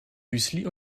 müsli